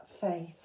faith